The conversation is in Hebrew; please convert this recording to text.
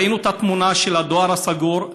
ראינו את התמונה של הדואר הסגור.